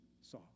saw